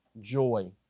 joy